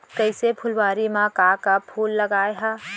कइसे फुलवारी म का का फूल लगाय हा?